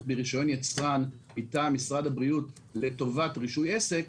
ברישיון יצרן מטעם משרד הבריאות לטובת רישוי עסק.